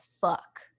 fuck